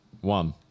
One